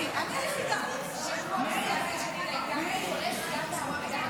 ההצעה להפוך את הצעת חוק שירות המדינה (מינויים) (תיקון,